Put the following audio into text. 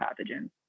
pathogens